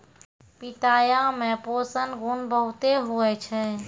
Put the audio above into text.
पिताया मे पोषण गुण बहुते हुवै छै